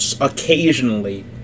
occasionally